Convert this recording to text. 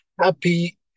happy